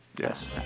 Yes